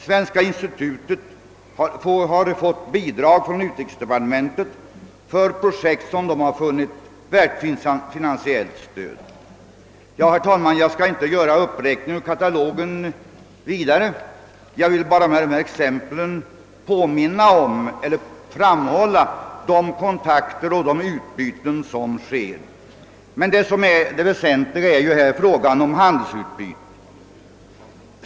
Svenska institutet har fått bidrag från utrikesdepartementet för projekt som befunnits värda finansiellt stöd. Jag skall inte fortsätta med denna uppräkning; jag vill bara med dessa exempel framhålla vilka kontakter vi har och vilka utbyten som sker. Det väsentliga är emellertid frågan om handelsutbytet.